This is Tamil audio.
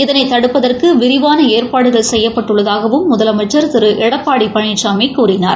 இதனை தடுப்பதற்கு விரிவான ஏற்பாடுகள் செய்யப்பட்டுள்ளதாகவும் முதலமைச்ச் திரு எடப்பாடி பழனிசாமி கூறினார்